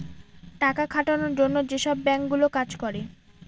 টাকা খাটানোর জন্য যেসব বাঙ্ক গুলো কাজ করে